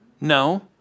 No